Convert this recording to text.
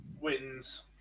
wins